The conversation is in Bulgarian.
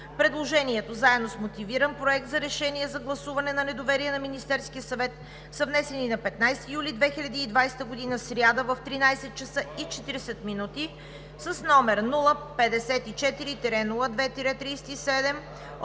Предложението заедно с мотивиран Проект за решение за гласуване на недоверие на Министерския съвет са внесени на 15 юли 2020 г., сряда, в 13,40 ч. с № 054-02-37